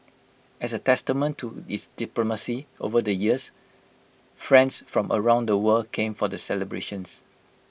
as A testament to its diplomacy over the years friends from around the world came for the celebrations